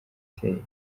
iteye